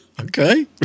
Okay